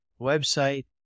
website